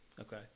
Okay